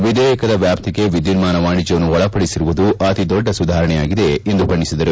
ವಿಧೇಯಕದ ವ್ಯಾಪ್ತಿಗೆ ವಿದ್ಯುನ್ನಾನ ವಾಣಿಜ್ಯವನ್ನು ಒಳಪಡಿಸಿರುವುದು ಅತಿದೊಡ್ಡ ಸುಧಾರಣೆಯಾಗಿದೆ ಎಂದು ಬಣ್ಣೆಸಿದರು